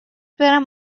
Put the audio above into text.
برم